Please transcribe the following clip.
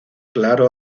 claro